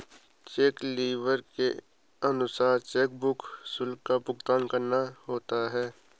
check leaves के अनुसार chequebook शुल्क का भुगतान करना होता है